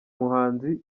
muhanzi